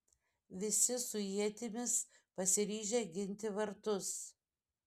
visi su ietimis pasiryžę ginti vartus